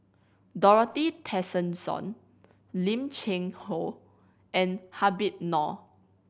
Dorothy Tessensohn Lim Cheng Hoe and Habib Noh